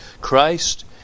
Christ